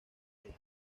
ellos